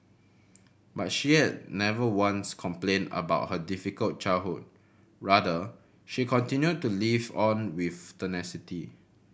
but she has never once complained about her difficult childhood rather she continued to live on with tenacity